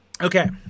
Okay